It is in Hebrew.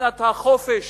דוקטרינת החופש